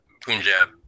punjab